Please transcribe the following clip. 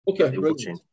okay